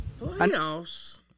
Playoffs